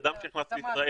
אדם שנכנס לישראל,